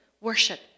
worship